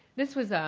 this was,